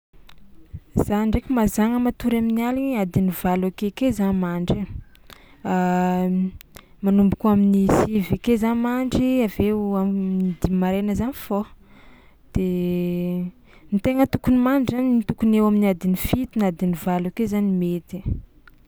Za ndraiky mazàgna matory amin'ny aligny e adiny valo akeke za mandry e, manomboko amin'ny sivy ake za mandry avy eo amin'ny dimy maraina za mifôha de ny tegna tokony mandry zany tokony eo amin'ny adiny fito na adiny valo ake zany mety.